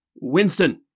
Winston